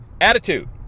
attitude